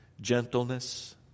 gentleness